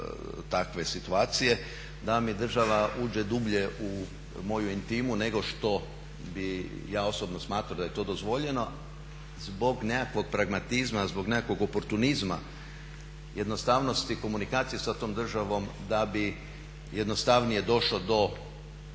da mi država uđe dublje u moju intimu nego što bih ja osobno smatrao da je to dozvoljeno zbog nekakvog pragmatizma, zbog nekakvog oportunizma, jednostavnosti komunikacije sa tom državom da bi jednostavnije došao do